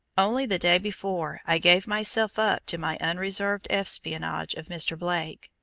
only the day before i gave myself up to my unreserved espionage of mr. blake,